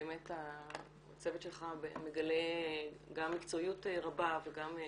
באמת הצוות שלך מגלה גם מקצועיות רבה וגם אנושיות,